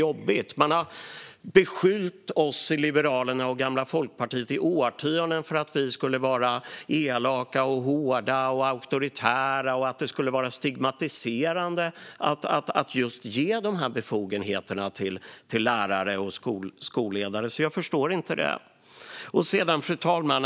Man har i årtionden beskyllt Liberalerna och gamla Folkpartiet för att vara elaka, hårda och auktoritära och har sagt att det skulle vara stigmatiserande att ge lärare och skolledare just sådana befogenheter. Jag förstår det alltså inte. Fru talman!